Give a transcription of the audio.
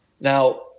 Now